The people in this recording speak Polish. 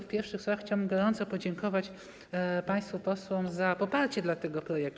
W pierwszych słowach chciałbym gorąco podziękować państwu posłom za poparcie dla tego projektu.